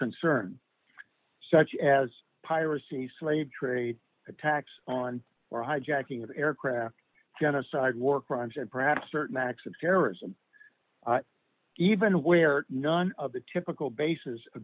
concern such as piracy slave trade attacks on hijacking of aircraft genocide war crimes and perhaps certain acts of terrorism even where none of the typical bases